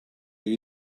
you